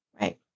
Right